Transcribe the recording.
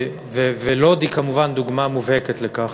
ולוד היא כמובן דוגמה מובהקת לכך.